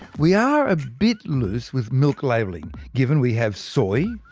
we are a bit loose with milk labelling, given we have soy,